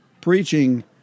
preaching